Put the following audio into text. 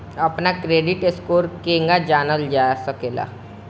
अपना credit score केगा जानल जा सकेला?